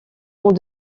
ont